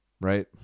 right